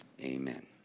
Amen